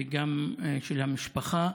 וגם של המשפחה,